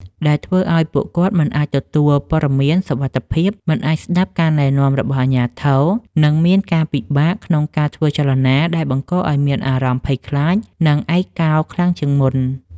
ដែលធ្វើឱ្យពួកគាត់មិនអាចទទួលព័ត៌មានសុវត្ថិភាព មិនអាចស្ដាប់ការណែនាំរបស់អាជ្ញាធរ និងមានការពិបាកក្នុងការធ្វើចលនា ដែលបង្កឱ្យមានអារម្មណ៍ភ័យខ្លាច និងឯកោខ្លាំងជាងមុន។